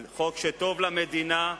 זה חוק שטוב למדינה.